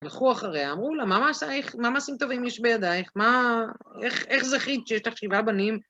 הלכוו אחריה, אמרו לה, מה מעשייך, מה מעשים טובים יש בידייך? מה? איך זכית שיש לך שבעה בנים?